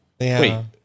Wait